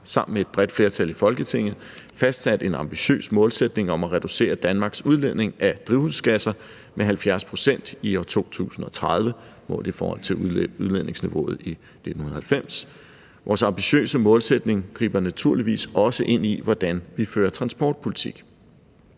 sammen med et bredt flertal i Folketinget fastsat en ambitiøs målsætning om at reducere Danmarks udledning af drivhusgasser med 70 pct. i 2030 målt i forhold til udledningsniveauet i 1990. Vores ambitiøse målsætning griber naturligvis også ind i, hvordan vi fører transportpolitik.